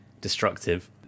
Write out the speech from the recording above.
destructive